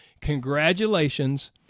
congratulations